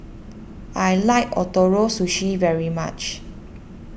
I like Ootoro Sushi very much